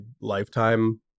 lifetime